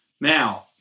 Now